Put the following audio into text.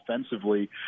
offensively